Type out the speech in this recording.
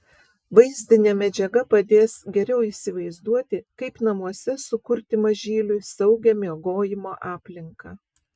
vaizdinė medžiaga padės geriau įsivaizduoti kaip namuose sukurti mažyliui saugią miegojimo aplinką